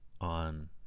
on